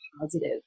positive